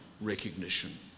recognition